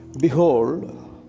behold